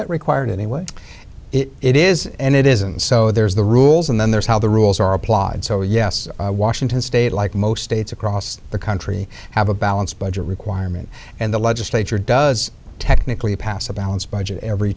that required any way it is and it isn't so there's the rules and then there's how the rules are applied so yes washington state like most states across the country have a balanced budget requirement and the legislature does technically pass a balanced budget every